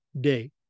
day